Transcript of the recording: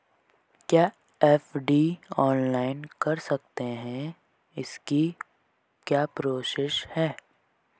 क्या FD online कर सकते हैं इसकी क्या प्रोसेस है?